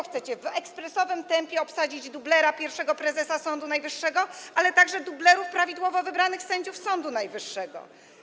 Chcecie w ekspresowym tempie obsadzić nie tylko dublera pierwszego prezesa Sądu Najwyższego, ale także dublerów prawidłowo wybranych sędziów Sądu Najwyższego.